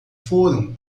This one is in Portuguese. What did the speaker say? foram